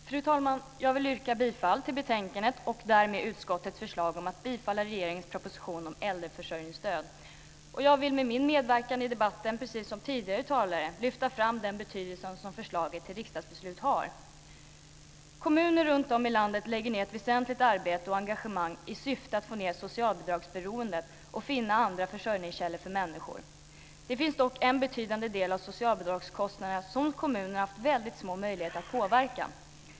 Fru talman! Jag vill yrka bifall till utskottets förslag att bifalla regeringens proposition om äldreförsörjningsstöd. Jag vill med min medverkan i debatten precis som tidigare talare lyfta fram den betydelse som förslaget till riksdagsbeslut har. Kommuner runtom i landet lägger ned ett väsentligt arbete och engagemang i syfte att få ned socialbidragsberoendet och finna andra försörjningskällor för människor. Det finns dock en betydande del av socialbidragskostnaderna som kommunerna har haft väldigt små möjligheter att påverka.